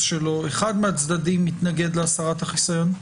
של אחד מהצדדים מתנגד להסרת החיסיון?